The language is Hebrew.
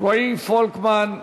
רועי פולקמן,